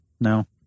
No